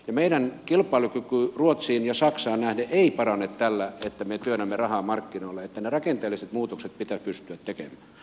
meidän kilpailukyky ruotsiin ja saksaan nähden ei parane täällä tätä nykyä nämä rahamarkkinoille tällä että me työnnämme rahaa markkinoille